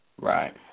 Right